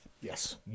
Yes